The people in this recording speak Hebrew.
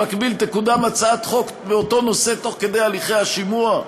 במקביל תקודם הצעת חוק באותו נושא תוך כדי הליכי השימוע?